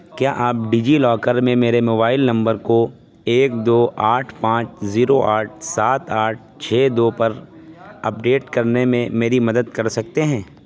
کیا آپ ڈیجیلاکر میں میرے موبائل نمبر کو ایک دو آٹھ پانچ زیرو آٹھ سات آٹھ چھ دو پر اپڈیٹ کرنے میں میری مدد کر سکتے ہیں